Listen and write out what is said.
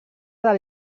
del